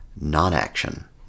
non-action